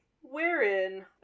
wherein